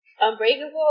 Unbreakable